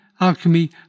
alchemy